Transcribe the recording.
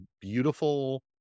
beautiful